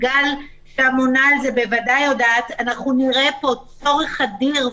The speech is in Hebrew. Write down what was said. וסיגל הממונה על זה בוודאי יודעת נראה פה צורך אדיר,